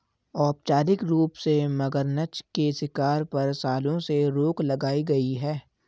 औपचारिक रूप से, मगरनछ के शिकार पर, सालों से रोक लगाई गई है